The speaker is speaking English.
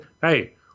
hey